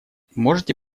можете